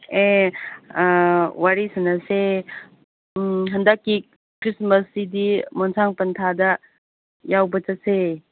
ꯑꯦ ꯋꯥꯔꯤ ꯁꯥꯟꯅꯁꯦ ꯍꯟꯗꯛꯀꯤ ꯈ꯭ꯔꯤꯁꯃꯥꯁꯁꯤꯗꯤ ꯃꯣꯟꯁꯥꯡ ꯄꯟꯊꯥꯗ ꯌꯥꯎꯕ ꯆꯠꯁꯦ